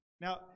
Now